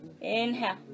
Inhale